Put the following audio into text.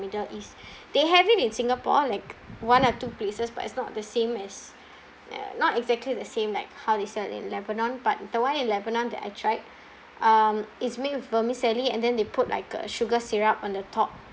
middle east they have it in singapore like one or two places but it's not the same as uh not exactly the same like how they sell in lebanon but the one in lebanon that I tried um is made with vermicelli and then they put like uh sugar syrup on the top